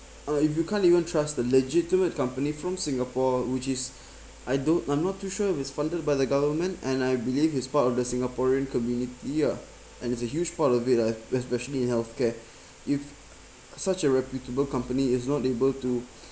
uh if you can't even trust the legitimate company from singapore which is I don't I'm not too sure is funded by the government and I believe is part of the singaporean community ah and it's a huge part of it ah especially in healthcare if such a reputable company is not able to